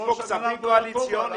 יש פה כספים קואליציוניים.